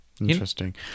Interesting